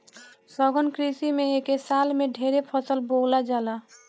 सघन कृषि में एके साल में ढेरे फसल बोवल जाला